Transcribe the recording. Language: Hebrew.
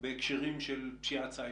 בהקשרים של פשיעת סייבר.